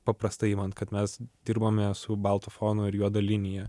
paprastai imant kad mes dirbome su baltu fonu ir juoda linija